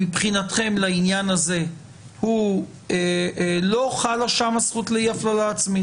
מבחינתכם לעניין הזה לא חלה שם הזכות לאי הפללה עצמית.